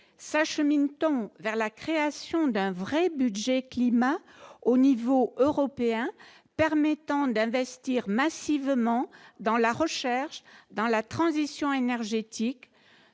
s'achemine-t-on vers la création d'un vrai budget climat au niveau européen permettant d'investir massivement dans la recherche dans la transition énergétique